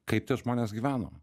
kaip tie žmonės gyveno